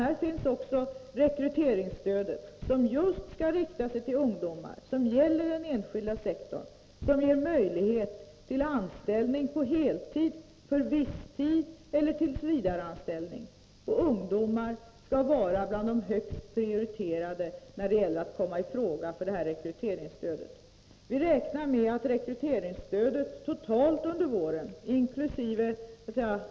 Det finns förslag om rekryteringsstöd som just skall rikta sig till ungdomar och gälla den enskilda sektorn. Det ger möjlighet till anställning på heltid, för viss tid eller tills vidare. Ungdomar skall vara bland de högst prioriterade i fråga om detta rekryteringsstöd. Vi räknar med att rekryteringsstödet totalt under våren, inkl.